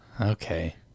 Okay